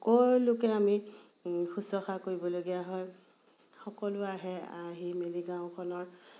সকলোকে আমি শুশ্ৰূষা কৰিবলগীয়া হয় সকলো আহে আহি মেলি গাঁওখনৰ